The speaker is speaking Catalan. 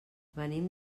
venim